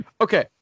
okay